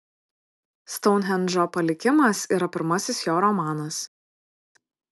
stounhendžo palikimas yra pirmasis jo romanas